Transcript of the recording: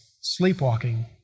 sleepwalking